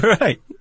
Right